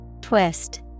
Twist